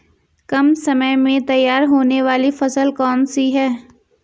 कम समय में तैयार होने वाली फसल कौन सी है?